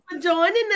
joining